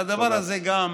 אבל הדבר הזה גם